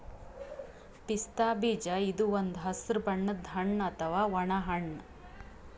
ಪಿಸ್ತಾ ಬೀಜ ಇದು ಒಂದ್ ಹಸ್ರ್ ಬಣ್ಣದ್ ಹಣ್ಣ್ ಅಥವಾ ಒಣ ಹಣ್ಣ್